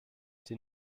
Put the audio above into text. die